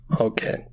Okay